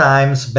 Times